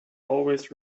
always